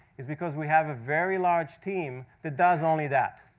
is because we have a very large team that does only that,